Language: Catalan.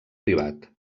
privat